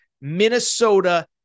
Minnesota